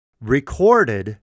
recorded